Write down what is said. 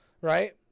Right